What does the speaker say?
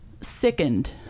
sickened